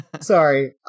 Sorry